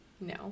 No